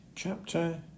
Chapter